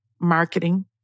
marketing